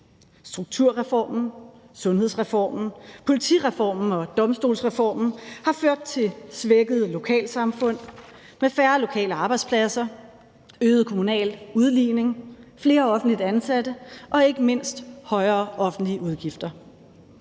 Strukturreformen, sundhedsreformen, politireformen og domstolsreformen har ført til svækkede lokalsamfund med færre lokale arbejdspladser, øget kommunal udligning, flere offentligt ansatte og ikke mindst højere offentlige udgifter.